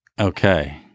Okay